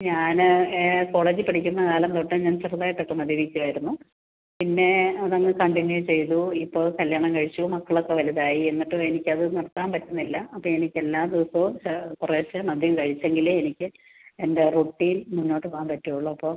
ഞാൻ കോളേജി പഠിക്കുന്ന കാലം തൊട്ടേ ഞാൻ ചെറുതായിട്ടൊക്കെ മദ്യപിക്കുവായിരുന്നു പിന്നെ അതങ്ങ് കണ്ടിന്യു ചെയ്തു ഇപ്പോൾ കല്ല്യാണം കഴിച്ചു മക്കളൊക്കെ വലുതായി എന്നിട്ടും എനിക്കത് നിർത്താൻ പറ്റുന്നില്ല അപ്പോൾ എനിക്ക് എല്ലാ ദിവസവും കുറേശ്ശെ മദ്യം കഴിച്ചെങ്കിലേ എനിക്ക് എൻ്റെ റൊട്ടീൻ മുന്നോട്ട് പോവാൻ പറ്റുള്ളൂ അപ്പോൾ